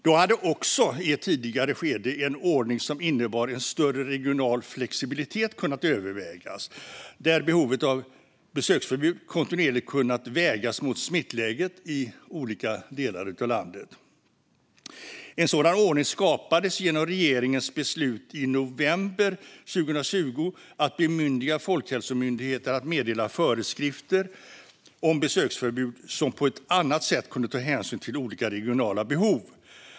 Då hade också i ett tidigare skede en ordning som innebar en större regional flexibilitet kunnat övervägas, där behovet av besöksförbud kontinuerligt kunnat vägas mot smittläget i olika delar av landet. En sådan ordning skapades genom regeringens beslut i november 2020 att bemyndiga Folkhälsomyndigheten att meddela föreskrifter om besöksförbud som på ett annat sätt kunde ta hänsyn till olika regionala behov.